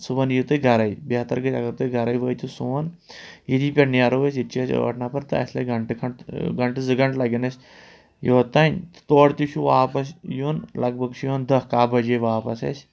صُبحَن یِیِو تُہۍ گَرَے بہتر گَژھِ اگر تُہۍ گَرے وٲتِو سون ییٚتی پٮ۪ٹھ نیرو أسۍ ییٚتہِ چھِ اَسہِ ٲٹھ نَفَر تہٕ اَسہِ لَگہِ گَنٹہٕ کھٔنٛڈ تہٕ گَنٹہٕ زٕ گَنٹہٕ لَگن اَسہِ یوٚتام تہٕ تورٕ تہِ چھُ واپَس یُن لَگ بَگ چھُ یُن دَہ کَہہ بَجے واپَس اَسہِ